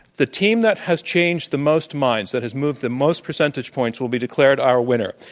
the team that has changed the most minds, that has moved the most percentage points will be declared our winner.